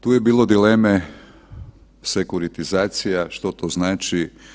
Tu je bilo dileme sekuritizacija što to znači?